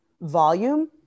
volume